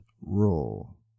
rule